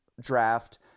draft